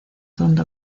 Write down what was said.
donde